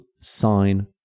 sign